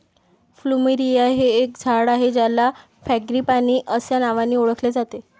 plumeria हे एक झाड आहे ज्याला फ्रँगीपानी अस्या नावानी ओळखले जाते